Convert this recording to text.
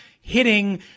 hitting